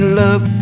love